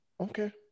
Okay